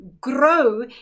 grow